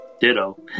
Ditto